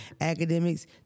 academics